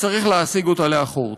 וצריך להסיג אותה לאחור.